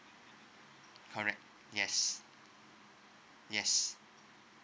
correct yes yes